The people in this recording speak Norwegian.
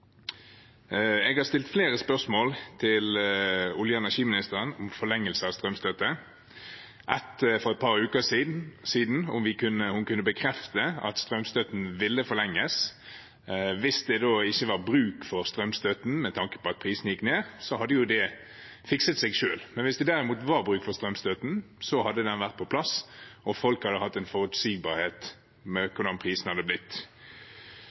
Jeg har stilt flere spørsmål til olje- og energiministeren om forlengelse av strømstøtten, bl.a. ett for et par uker siden om hvorvidt hun kunne bekrefte at strømstøtten ville forlenges. Hvis det ikke var bruk for strømstøtten fordi prisene gikk ned, ville det jo ha ordnet seg selv, men hvis det derimot var bruk for strømstøtten, kunne den ha vært på plass, og folk ville hatt forutsigbarhet for hvordan prisene ville blitt. Det